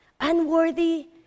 unworthy